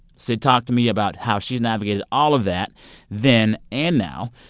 syd talked to me about how she's navigated all of that then and now.